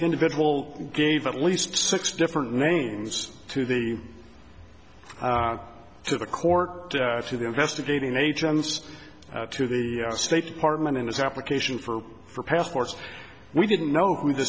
individual gave at least six different names to the to the court to the investigating agency to the state department in his application for for passports we didn't know who th